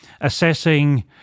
assessing